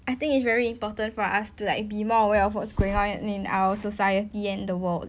I think it's very important for us to like be more aware of what's going on in our society and the world